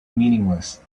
meaningless